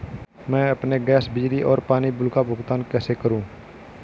मैं अपने गैस, बिजली और पानी बिल का भुगतान कैसे करूँ?